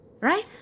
right